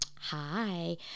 Hi